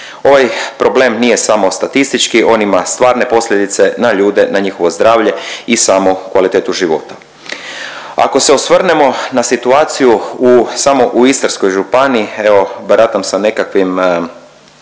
Ovaj problem nije samo statistički, on ima stvarne posljedice na ljude, na njihovo zdravlje i samu kvalitetu života. Ako se osvrnemo na situaciju u, samo u Istarskoj županiji, evo, baratam sa nekakvim